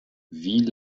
wie